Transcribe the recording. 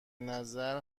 نظر